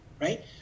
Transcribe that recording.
Right